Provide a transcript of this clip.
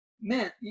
Man